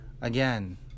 again